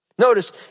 Notice